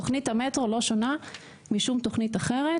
תכנית המטרו לא שונה משום תכנית אחרת,